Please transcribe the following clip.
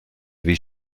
wie